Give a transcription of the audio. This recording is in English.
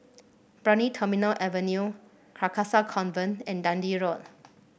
Brani Terminal Avenue Carcasa Convent and Dundee Road